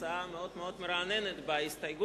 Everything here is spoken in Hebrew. זאת הצעה מאוד מאוד מרעננת בהסתייגות.